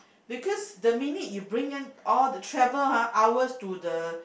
because the minute you bring them all the travel !huh! hours to the